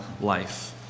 life